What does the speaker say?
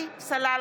נגד בצלאל